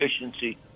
efficiency